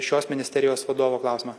šios ministerijos vadovo klausimą